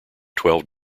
twelve